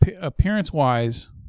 Appearance-wise